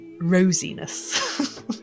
rosiness